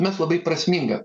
mes labai prasminga